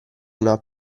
una